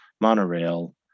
monorail